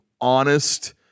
honest